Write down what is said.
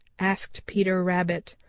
asked peter rabbit.